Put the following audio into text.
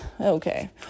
okay